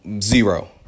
zero